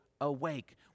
awake